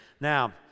now